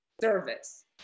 service